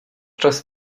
czas